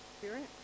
spirit